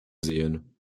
sehen